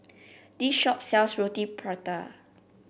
this shop sells Roti Prata